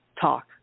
talk